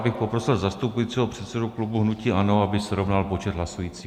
Já bych poprosil zastupujícího předsedu klubu hnutí ANO, aby srovnal počet hlasujících.